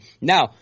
Now